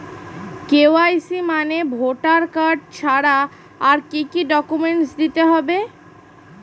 KYC মানে voter card ছাড়া আর কি কি ডকুমেন্ট দিতে হবে?